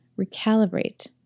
recalibrate